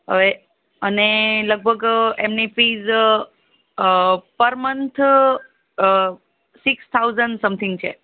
હવે અને લગભગ એમેની ફિસ પર મંથ સિક્સ થાઉસન્ડ સમથિંગ છે